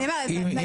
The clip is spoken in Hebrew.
ב-2027.